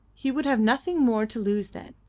he would have nothing more to lose then,